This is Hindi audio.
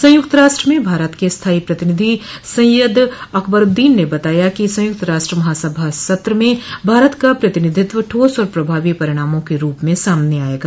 संयुक्त राष्ट्र में भारत के स्थाई प्रतिनिधि सैय्यद अकबरूद्दीन ने बताया कि संयुक्त राष्ट्र महासभा सत्र में भारत का प्रतिनिधित्व ठोस और प्रभावी परिणामों के रूप में सामने आएगा